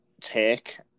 take